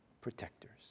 protectors